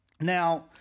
Now